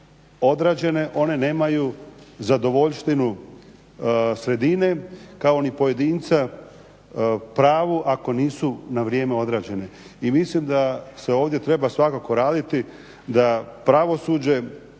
odrađene one nemaju zadovoljštinu sredine kao ni pojedinca pravu ako nisu na vrijeme odrađene. I mislim da se ovdje treba svakako raditi da pravosuđe